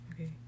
Okay